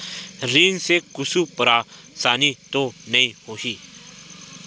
ऋण से कुछु परेशानी तो नहीं होही?